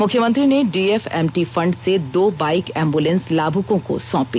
मुख्यमंत्री ने DFMT fund से दो बाइक एम्बुलेंस लाभुकों को सौंपी